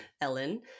Ellen